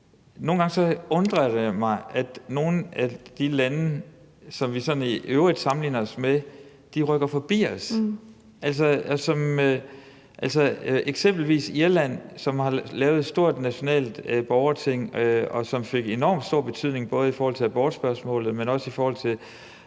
nogle gange undrer det mig, at nogle af de lande, som vi sådan i øvrigt sammenligner os med, rykker forbi os. Der er eksempelvis Irland, som har lavet et stort nationalt borgerting. Det fik enormt stor betydning både i forhold til abortspørgsmålet, men også i forhold til